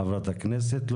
חברת הכנסת סטרוק.